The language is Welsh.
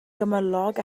gymylog